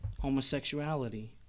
homosexuality